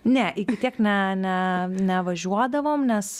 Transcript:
ne iki tiek ne ne nevažiuodavom nes